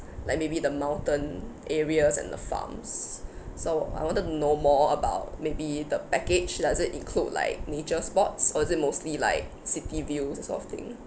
like maybe the mountain areas and the farms so I wanted to know more about maybe the package does it include like nature spots or is it mostly like city views that sort of thing